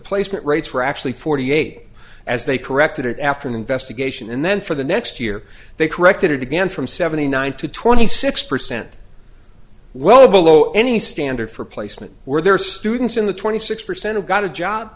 placement rates were actually forty eight as they corrected it after an investigation and then for the next year they corrected it again from seventy nine to twenty six percent well below any standard for placement where their students in the twenty six percent of got a job